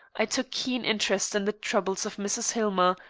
i took keen interest in the troubles of mrs. hillmer,